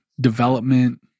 development